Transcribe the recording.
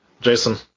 Jason